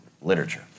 literature